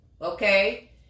okay